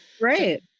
Right